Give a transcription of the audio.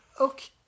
okay